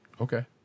Okay